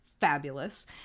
fabulous